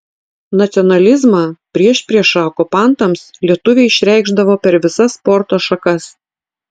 nacionalizmą priešpriešą okupantams lietuviai išreikšdavo per visas sporto šakas